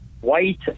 white